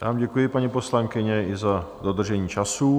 Já vám děkuji, paní poslankyně, i za dodržení času.